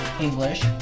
english